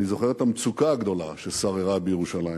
אני זוכר את המצוקה הגדולה ששררה בירושלים.